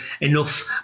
enough